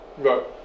right